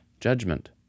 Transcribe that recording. judgment